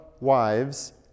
wives